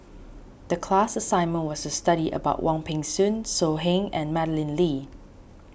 the class assignment was to study about Wong Peng Soon So Heng and Madeleine Lee